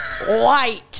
white